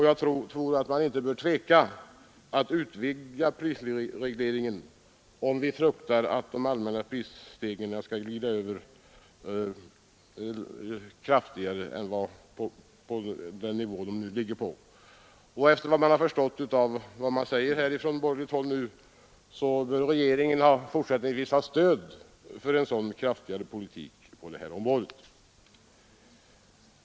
Jag tror inte vi bör tveka att utvidga prisregleringen, om vi fruktar en allmän prisglidning utöver den som beror på stegrade importpriser. Enligt vad som nu sägs från borgerligt håll bör regeringen fortsättningsvis få stöd för en kraftigare politik på detta område.